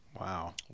wow